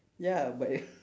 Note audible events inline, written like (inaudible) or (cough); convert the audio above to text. ya but (laughs)